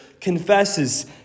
confesses